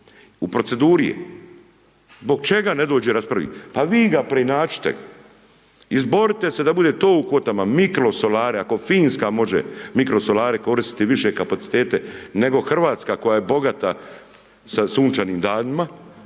u proceduri je, zbog čega ne dođe u raspravu, pa vi ga preinačite, izborite se da bude to u kvotama mikrosolare, ako Finska može mikrosolare koristiti više kapacitete nego Hrvatska koja je bogata sa sunčanim danima,